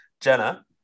Jenna